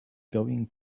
going